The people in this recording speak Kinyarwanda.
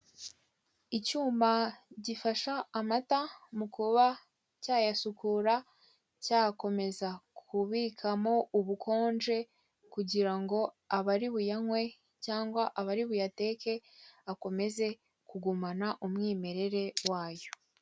Icyuma gifasha amata mu kuba cyayasukura, cyakomeza kubikamo ubukonje, kugira ngo abari buyanywe cyangwa abari buyateke, akomeze kugumana umwimerere wayo.